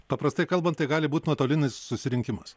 paprastai kalbant tai gali būt nuotolinis susirinkimas